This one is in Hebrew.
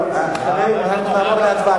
חברים, אנחנו נעבור להצבעה.